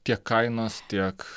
tiek kainos tiek